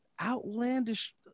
outlandish